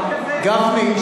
גפני,